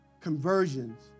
conversions